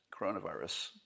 coronavirus